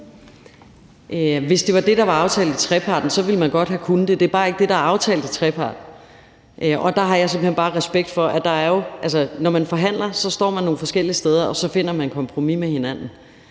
Hvis det var det, der var aftalt i treparten, så ville man godt have kunnet det. Det er bare ikke det, der er aftalt i treparten. Og der har jeg simpelt hen bare respekt for det. Når man forhandler, står man nogle forskellige steder, og så finder man et kompromis med hinanden.